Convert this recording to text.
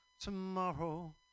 tomorrow